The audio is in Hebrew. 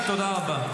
תודה רבה.